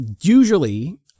Usually